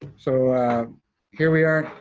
so here we are,